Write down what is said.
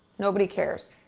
nobody cares.